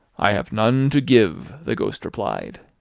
i have none to give, the ghost replied.